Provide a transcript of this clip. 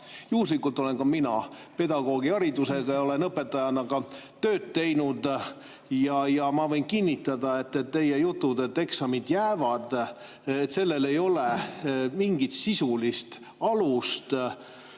Juhuslikult olen ka mina pedagoogiharidusega, olen õpetajana tööd teinud ja ma võin kinnitada, et teie jutul, et eksamid jäävad, ei ole mingit sisulist alust.